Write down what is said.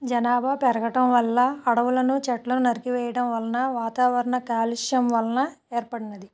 జనాభా పెరగటం వల్ల అడవులను చెట్లను నరికి వేయడం వలన వాతావరణ కాలుష్యం వలన ఏర్పడింది